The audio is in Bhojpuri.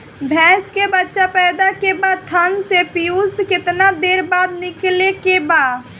भैंस के बच्चा पैदा के बाद थन से पियूष कितना देर बाद निकले के बा?